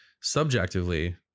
subjectively